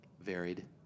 Varied